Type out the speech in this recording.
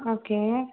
okay